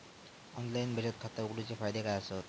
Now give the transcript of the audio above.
Online बचत खाता उघडूचे फायदे काय आसत?